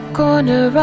corner